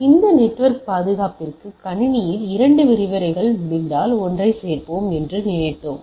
எனவே இந்த நெட்வொர்க் பாதுகாப்பிற்கு கணினியில் 2 விரிவுரைகள் முடிந்தால் ஒன்றைச் சேர்ப்போம் என்று நினைத்தோம்